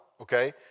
okay